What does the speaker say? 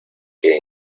que